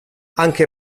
anche